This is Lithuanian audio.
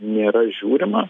nėra žiūrima